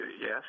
Yes